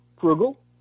frugal